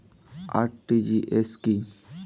RTGS কি?